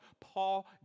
Paul